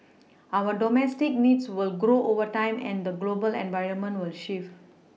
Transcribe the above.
our domestic needs will grow over time and the global environment will shift